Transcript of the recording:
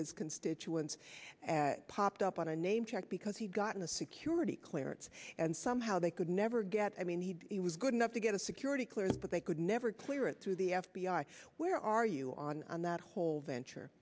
his constituents at popped up on a name check because he's gotten a security clearance and somehow they could never get i mean he was good enough to get a security clearance but they could never clear it to the f b i where are you on that whole venture